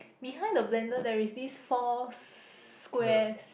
behind the blender there is this four squares